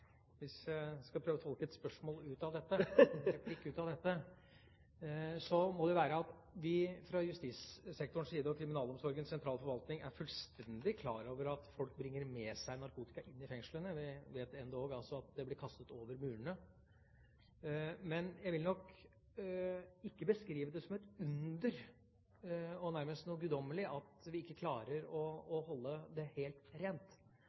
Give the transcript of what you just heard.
Jeg skal prøve å tolke et spørsmål ut av dette. Vi i justissektoren og Kriminalomsorgens sentrale forvaltning er fullstendig klar over at folk bringer med seg narkotika inn i fengslene. Vi vet endog at det blir kastet over murene. Men jeg vil ikke beskrive det som et under – og nærmest noe guddommelig – at vi ikke klarer å holde det helt rent.